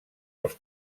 els